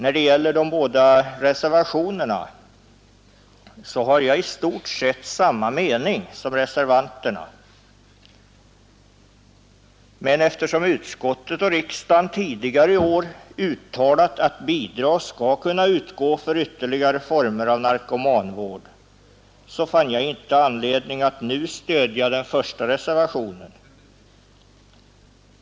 Vad de både reservationerna angår har jag i stort sett samma mening som reservanterna, men eftersom utskottet och riksdagen tidigare i år har uttalat att bidrag skall kunna utgå för ytterligare former av narkomanvård finner jag inte anledning att nu stödja reservationen 1.